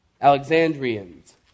Alexandrians